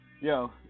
Yo